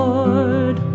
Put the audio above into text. Lord